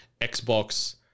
Xbox